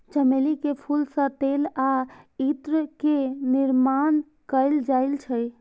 चमेली के फूल सं तेल आ इत्र के निर्माण कैल जाइ छै